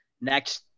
next